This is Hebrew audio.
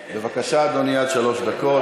בבקשה, אדוני, עד שלוש דקות.